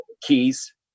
Keys